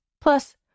Plus